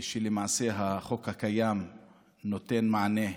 ולמעשה החוק הקיים נותן מענה.